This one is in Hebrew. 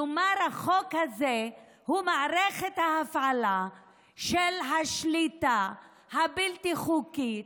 כלומר החוק הזה הוא מערכת ההפעלה של השליטה הבלתי-חוקית,